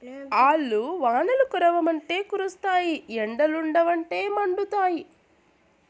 ఆల్లు వానలు కురవ్వంటే కురుస్తాయి ఎండలుండవంటే మండుతాయి